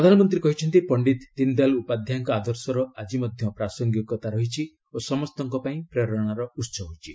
ପ୍ରଧାନମନ୍ତ୍ରୀ କହିଛନ୍ତି ପଣ୍ଡିତ ଦୀନଦୟାଲ ଉପାଧ୍ୟାୟଙ୍କ ଆଦର୍ଶର ଆଜି ମଧ୍ୟ ପ୍ରାସଙ୍ଗିକତା ରହିଛି ଓ ସମସ୍ତଙ୍କ ପାଇଁ ପ୍ରେରଣାର ଉସ ହୋଇଛି